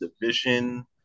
division